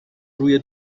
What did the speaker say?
روی